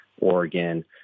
Oregon